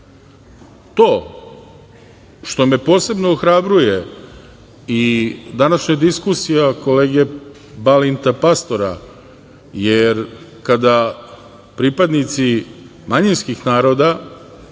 što me posebno ohrabruje i današnja diskusija kolege Balinta Pastora, jer kada pripadnici manjinskih naroda